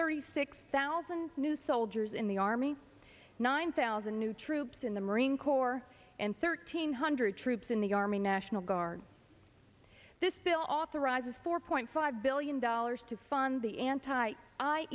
thirty six thousand new soldiers in the army nine thousand new troops in the marine corps and thirteen hundred troops in the army national guard this bill authorizes four point five billion dollars to fund the